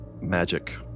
magic